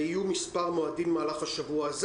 ויהיו כמה מועדים במהלך השבוע הזה.